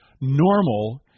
normal